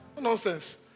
nonsense